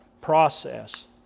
process